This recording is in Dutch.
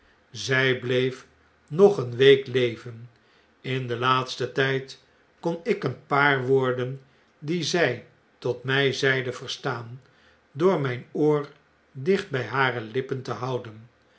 zjj bleef nog eene week leven in den laatsten tjjd kon ik een paar woorden die zg tot mu zeide verstaan door mijn oor dicht bjj hare lippen te houden